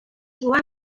joan